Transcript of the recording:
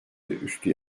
üstü